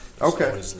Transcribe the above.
Okay